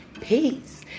Peace